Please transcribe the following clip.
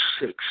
six